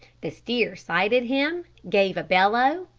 the steer sighted him, gave a bellow,